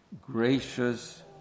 gracious